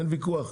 אין ויכוח?